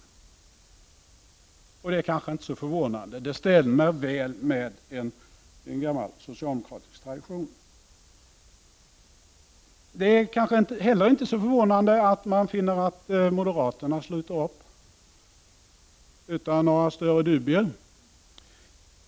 Det kanske inte är så förvånande. Det stämmer väl med en gammal socialdemokratisk tradition. Det är kanske inte heller så förvånande att finna att moderaterna sluter upp utan några större dubier.